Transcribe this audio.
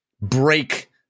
break